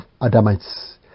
Adamites